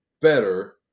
better